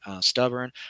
stubborn